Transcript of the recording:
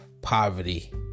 Poverty